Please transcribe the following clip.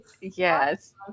yes